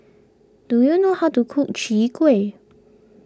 do you know how to cook Chwee Kueh